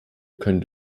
können